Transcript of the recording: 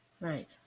right